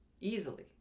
easily